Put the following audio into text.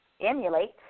emulate